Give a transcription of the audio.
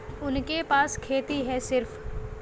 उनके पास खेती हैं सिर्फ